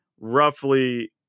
roughly